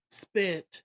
spent